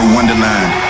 Wonderland